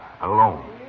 alone